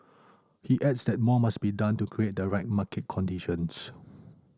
he adds that more must be done to create the right market conditions